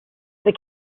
the